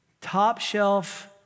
top-shelf